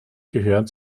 gehören